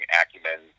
acumen